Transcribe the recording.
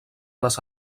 les